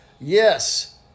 Yes